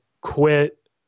quit